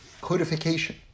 Codification